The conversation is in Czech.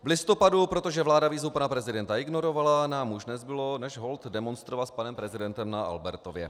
V listopadu, protože vláda výzvu pana prezidenta ignorovala, nám už nezbylo než holt demonstrovat s panem prezidentem na Albertově.